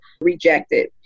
rejected